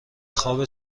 خواب